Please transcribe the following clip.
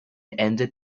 ended